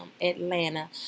Atlanta